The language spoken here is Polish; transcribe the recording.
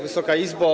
Wysoka Izbo!